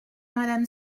madame